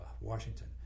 Washington